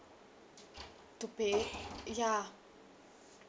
to pay ya